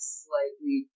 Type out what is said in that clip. slightly